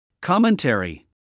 Commentary